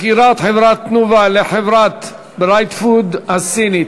מכירת חברת "תנובה" לחברת "ברייטפוד" הסינית,